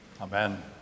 Amen